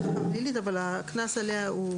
אבל הקנס עליה הוא